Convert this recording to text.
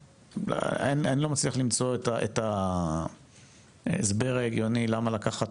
ואני לא מצליח למצוא את ההסבר ההגיוני למה לקחת,